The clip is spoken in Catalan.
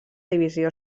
divisió